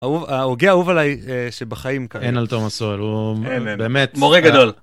ההוגה האהוב עליי שבחיים כאלה. אין על תומס סאול, הוא באמת... מורה גדול.